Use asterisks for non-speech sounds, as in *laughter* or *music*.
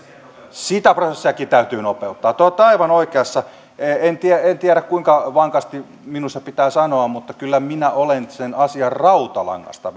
sitäkin prosessia täytyy nopeuttaa te olette aivan oikeassa en tiedä kuinka vankasti minun se pitää sanoa mutta kyllä minä olen sen asian rautalangasta *unintelligible*